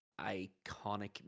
iconic